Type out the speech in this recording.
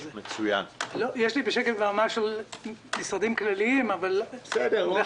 יש לי שקף ברמה של משרדים כלליים וחלוקה,